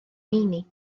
meini